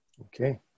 Okay